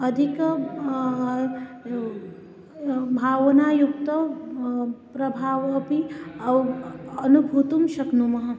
अधिकं भावनायुक्तं प्रभावमपि अव् अनुभवतुं शक्नुमः